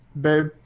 Babe